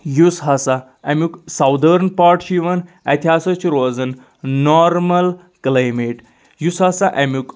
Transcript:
یُس ہسا امیُک سودٲرٕن پاٹ چھُ یِوان اتہِ ہسا چھُ روزان نارمل کٕلایمیٹ یُس ہسا امیُک